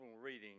reading